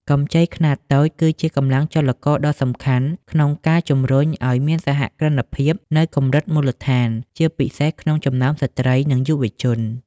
កម្ចីខ្នាតតូចគឺជាកម្លាំងចលករដ៏សំខាន់ក្នុងការជំរុញឱ្យមានសហគ្រិនភាពនៅកម្រិតមូលដ្ឋាន ជាពិសេសក្នុងចំណោមស្ត្រី និងយុវជន។